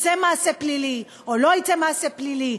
יצא מעשה פלילי או לא יצא מעשה פלילי,